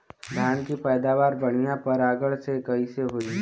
धान की पैदावार बढ़िया परागण से कईसे होई?